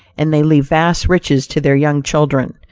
and they leave vast riches to their young children.